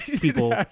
people